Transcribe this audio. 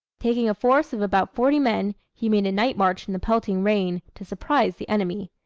taking a force of about forty men he made a night march in the pelting rain, to surprise the enemy.